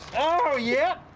oh! yup.